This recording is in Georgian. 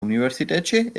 უნივერსიტეტში